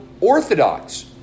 orthodox